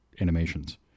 animations